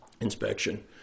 inspection